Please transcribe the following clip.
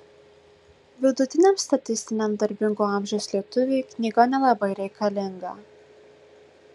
vidutiniam statistiniam darbingo amžiaus lietuviui knyga nelabai reikalinga